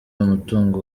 umutungo